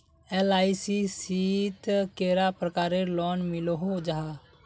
LIC शित कैडा प्रकारेर लोन मिलोहो जाहा?